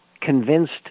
convinced